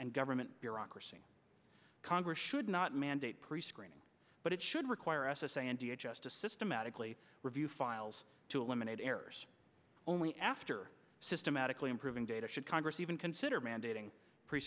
and government bureaucracy congress should not mandate prescreening but it should require s s a india just to systematically review files to eliminate errors only after systematically improving data should congress even consider mandating pre